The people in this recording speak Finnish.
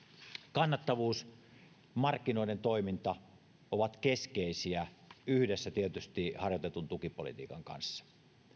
kannattavuus markkinoiden toiminta ovat keskeisiä tietysti yhdessä harjoitetun tukipolitiikan kanssa